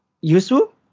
useful